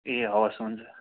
ए हवस् हुन्छ